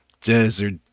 desert